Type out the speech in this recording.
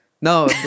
no